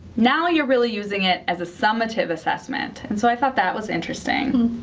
now you're really using it as a summative assessment. and so i thought that was interesting.